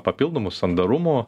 papildomu sandarumu